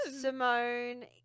Simone